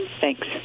Thanks